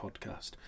podcast